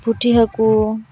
ᱯᱩᱴᱷᱤ ᱦᱟᱹᱠᱩ